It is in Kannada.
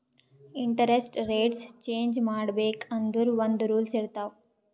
ಇಂಟರೆಸ್ಟ್ ರೆಟ್ಸ್ ಚೇಂಜ್ ಮಾಡ್ಬೇಕ್ ಅಂದುರ್ ಒಂದ್ ರೂಲ್ಸ್ ಇರ್ತಾವ್